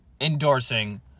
endorsing